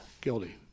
guilty